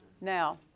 Now